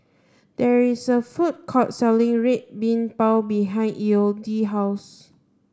there is a food court selling red bean bao behind Elodie's house